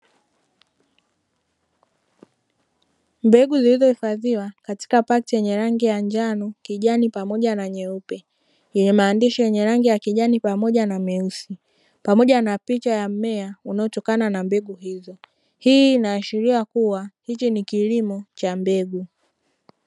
Mbegu zilizohifadhiwa katika pakiti yenye rangi ya njano, kijani pamoja na nyeupe, yenye maandishi ya kijani pamoja na meusi, pamoja na picha ya mmea unaotokana na mbegu hizo. Hii inaashiria kuwa hiki ni kilimo cha mbegu.